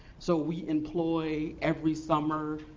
so we employ, every summer,